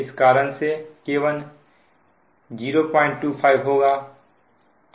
इस कारण से K1 025 होगा